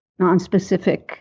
nonspecific